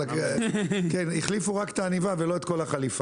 כן החליפו רק את העניבה ולא כל החליפה.